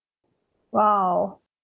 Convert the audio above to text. !wow!